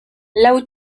lau